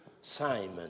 Simon